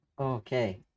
Okay